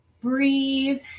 breathe